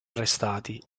arrestati